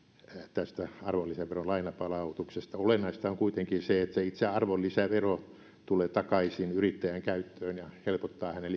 tästä arvonlisäveron lainapalautuksesta olennaista on kuitenkin se että itse arvonlisävero tulee takaisin yrittäjän käyttöön ja helpottaa hänen